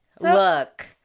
Look